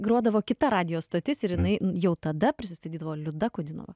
grodavo kita radijo stotis ir jinai jau tada prisistatydavo liuda kudinova